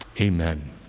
amen